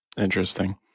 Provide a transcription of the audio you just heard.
Interesting